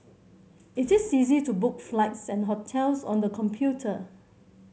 it is easy to book flights and hotels on the computer